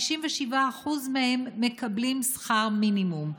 57% מהם מקבלים שכר מינימום,